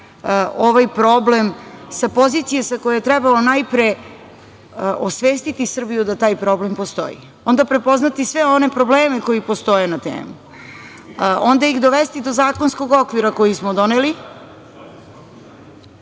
ovaj problem sa pozicije sa koje trebalo najpre osvestiti Srbiju, da taj problem postoji. Onda prepoznati sve one probleme koji postoje na temu. Onda ih dovesti do zakonskog okvira koji smo